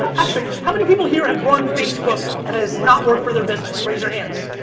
actually, how many people here have run facebook and it has not worked for their business? raise your hands,